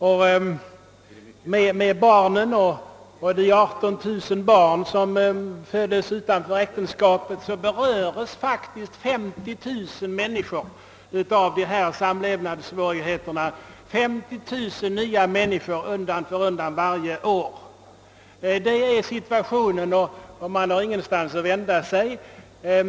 Om man räknar in i dessa äktenskap de 18323 barn som föds utom äktenskapet berörs drygt 50 000 människor undan för undan varje år av dessa samlevnadssvårigheter. Sådan är situationen och nu har man ingenstans att vända sig.